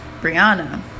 Brianna